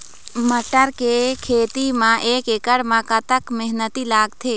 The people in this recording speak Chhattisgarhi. मटर के खेती म एक एकड़ म कतक मेहनती लागथे?